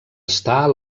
estar